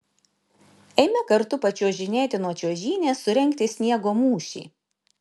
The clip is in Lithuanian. eime kartu pačiuožinėti nuo čiuožynės surengti sniego mūšį